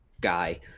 guy